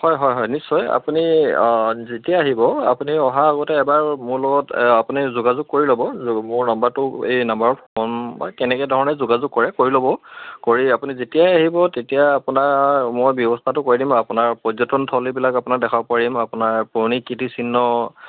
হয় হয় হয় নিশ্চয় আপুনি যেতিয়াই আহিব আপুনি অহাৰ আগতে এবাৰ মোৰ লগত আপুনি যোগাযোগ কৰি ল'ব মোৰ নাম্বাৰটো এই নাম্বাৰৰ ফোন বা কেনেকৈ ধৰণে যোগাযোগ কৰে কৰি ল'ব কৰি আপুনি যেতিয়াই আহিব তেতিয়াই আপোনাৰ মই ব্যৱস্থাটো কৰি দিম আপোনাৰ পৰ্যটনস্থলীবিলাক আপোনাৰ দেখাব পাৰিম আপোনাৰ পুৰণি কীৰ্তিচিহ্ন